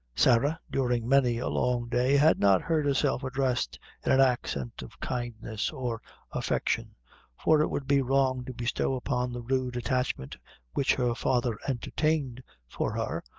sarah, during many a long day, had not heard herself addressed in an accent of kindness or affection for it would be wrong to bestow upon the rude attachment which her father entertained for her,